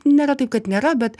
nėra taip kad nėra bet